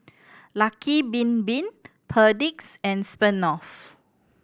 Lucky Bin Bin Perdix and Smirnoff